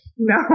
No